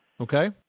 Okay